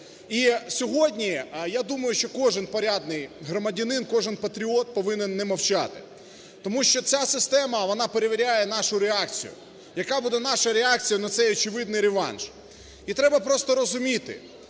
І сьогодні, я думаю, що кожен порядний громадянин, кожен патріот повинен не мовчати, тому що ця система, вона перевіряє нашу реакцію, яка буде наша реакція на цей очевидний реванш. І треба просто розуміти,